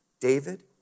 David